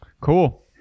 Cool